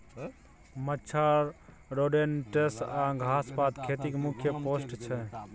मच्छर, रोडेन्ट्स आ घास पात खेतीक मुख्य पेस्ट छै